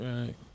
Right